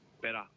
better